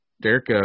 Derek